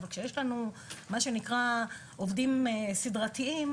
אבל כשיש לנו מה שנקרא "עובדים סידרתיים",